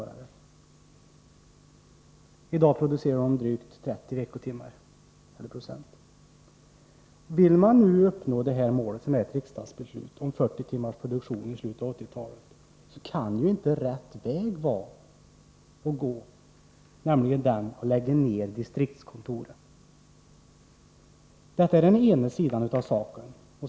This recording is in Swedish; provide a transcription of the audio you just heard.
I dag producerar de drygt 30 veckotimmar. Om man vill uppnå det mål som uttalades i riksdagsbeslutet och som innebar 40 timmars produktion i slutet av 1980-talet, kan det inte vara rätt att välja den väg man nu valt, nämligen att lägga ned distriktskontoren. Detta är den ena sidan av saken.